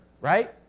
right